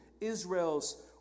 Israel's